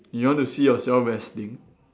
you want to see yourself resting